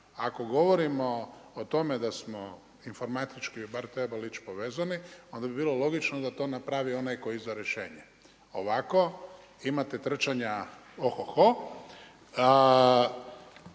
Ako govorimo o tome da smo informatički bar trebali bit povezani onda bi bilo logično da to napravi onaj tko izda rješenje. Ovako imate trčanja o hoho.